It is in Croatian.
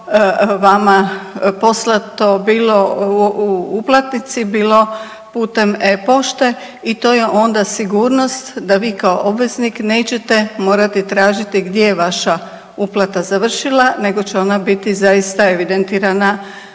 vama poslato bilo u uplatnici, bilo putem e-pošte i to je onda sigurnost da vi kao obveznik nećete morati tražiti gdje je vaša uplata završila nego će ona biti zaista evidentirana